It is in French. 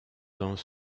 dans